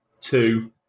two